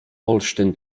olsztyn